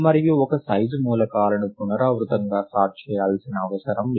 మరియు ఒక సైజు మూలకాలను పునరావృతంగా సార్ట్ చేయాల్సిన అవసరం లేదు